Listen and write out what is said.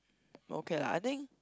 okay lah I think